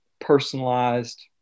personalized